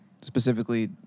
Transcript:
specifically